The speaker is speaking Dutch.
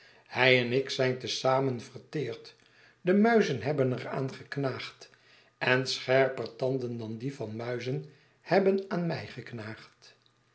hij en ik zijn te zamen verteerd de muizen hebben er aan geknaagd en scherper tanden dan die van muizen hebben aan mij geknaagd